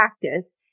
practice